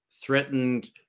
threatened